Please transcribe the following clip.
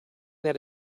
that